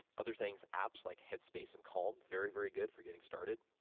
other things, apps like headspace and calm, very very good for getting started.